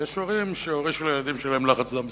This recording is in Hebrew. ויש הורים שהורישו לילדים שלהם לחץ דם וסוכרת.